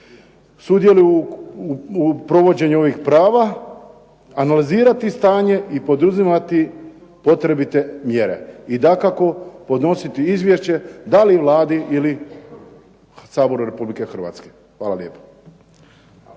sudjeluju u provođenju ovih prava analizirati stanje i poduzimati potrebite mjere. I dakako podnositi izvješće da li Vladi ili Saboru Republike Hrvatske. Hvala lijepo.